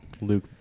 Luke